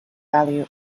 value